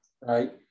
Right